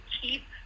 keep